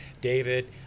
David